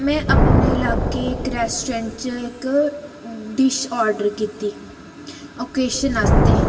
में अपने लाके इक रेस्टोरेंट च इक डिश आर्डर कीती ओकेजन आस्तै